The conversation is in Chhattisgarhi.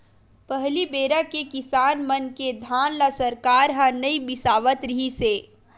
पहली बेरा के किसान मन के धान ल सरकार ह नइ बिसावत रिहिस हे